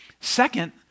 Second